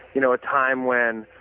you know a time when,